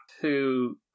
to-